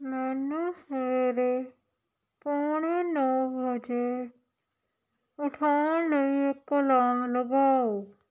ਮੈਨੂੰ ਸਵੇਰੇ ਪੌਣੇ ਨੌ ਵਜੇ ਉਠਾਉਣ ਲਈ ਇੱਕ ਅਲਾਰਮ ਲਗਾਓ